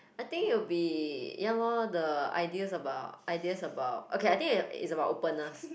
I think it'll be ya lor the ideas about ideas about okay I think it's about openness